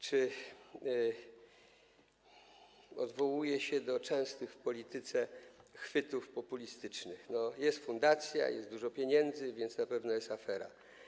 czy odwołuje się do częstych w polityce chwytów populistycznych: jest fundacja, jest dużo pieniędzy, więc na pewno jest afera.